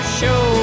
show